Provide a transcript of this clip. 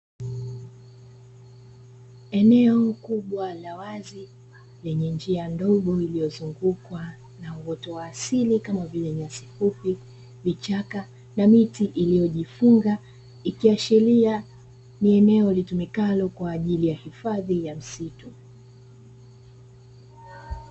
Eneo kubwa la wazi lenye njia ndogo iliyozungukwa na uoto wa asili kama vile nyasi fupi, vichaka na miti iliyojifunga ikiashiria ni eneo litumikalo kwa ajili ya hifadhi ya msitu.